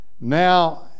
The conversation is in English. Now